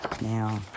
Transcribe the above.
now